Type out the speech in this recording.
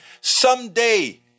someday